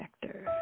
Vector